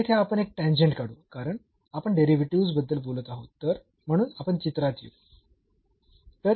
आता येथे आपण एक टॅन्जेंट काढू कारण आपण डेरिव्हेटिव्हस् बद्दल बोलत आहोत तर म्हणून आपण चित्रात येऊ